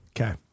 Okay